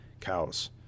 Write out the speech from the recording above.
cows